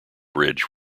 bridge